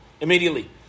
Immediately